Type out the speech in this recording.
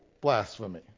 blasphemy